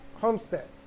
Homestead